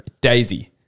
Daisy